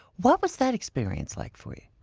what was that experience like for you?